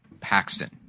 Paxton